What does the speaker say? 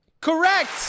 Correct